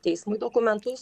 teismui dokumentus